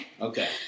Okay